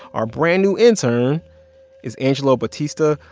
our brand-new intern is angelo bautista.